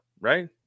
right